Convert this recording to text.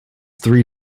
three